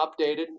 updated